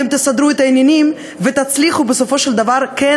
אתם תסדרו את העניינים ותצליחו בסופו של דבר כן